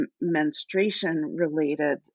menstruation-related